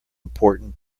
important